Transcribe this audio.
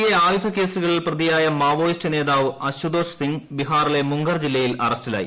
A ആയുധ കേസുകളിൽ പ്രതിയായ മാവോയിസ്റ്റ് നേതാവ് അശുതോഷ് സിംഗ് ബിഹാറിലെ മുംഗർ ജില്ലയിൽ അറസ്റ്റിലായി